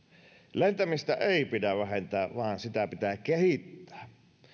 lentämistä ei pidä vähentää vaan sitä pitää kehittää